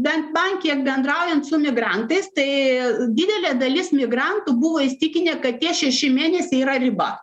bent man kiek bendraujant su migrantais tai didelė dalis migrantų buvo įsitikinę kad tie šeši mėnesiai yra riba